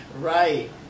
right